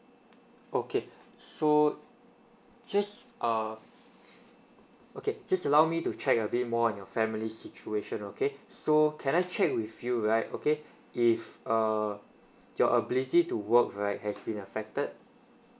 okay so just err okay just allow me to check a bit more on your family situation okay so can I check with you right okay if err your ability to work right has been affected